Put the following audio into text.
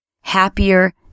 happier